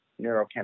neurochemistry